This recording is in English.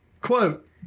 quote